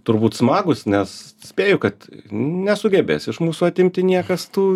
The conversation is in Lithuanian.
turbūt smagūs nes spėju kad nesugebės iš mūsų atimti niekas tų